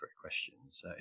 questions